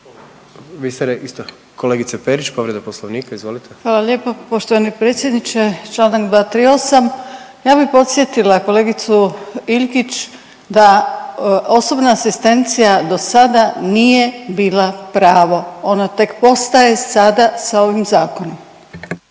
Vi ste isto? Kolegice Perić, povreda Poslovnika, izvolite. **Perić, Grozdana (HDZ)** Hvala lijepo. Poštovani predsjedniče Članak 238. Ja bi podsjetila kolegicu Iljkić da osobna asistencija dosada nije bila pravo onda tek postaje sada sa ovim zakonom.